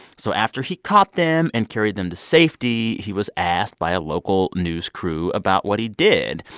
so after he caught them and carried them to safety, he was asked by a local news crew about what he did.